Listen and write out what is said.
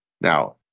Now